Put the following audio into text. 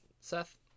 seth